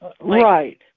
Right